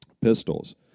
Pistols